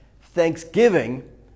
Thanksgiving